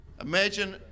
imagine